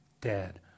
dead